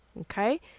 okay